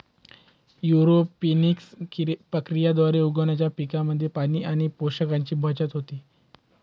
aeroponics प्रक्रियेद्वारे उगवणाऱ्या पिकांमध्ये पाणी आणि पोषकांची बचत होते